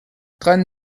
trente